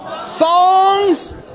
Songs